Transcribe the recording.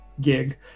gig